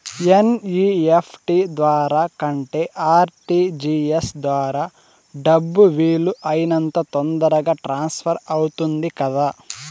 NEFT ద్వారా కంటే RTGS ద్వారా డబ్బు వీలు అయినంత తొందరగా ట్రాన్స్ఫర్ అవుతుంది కదా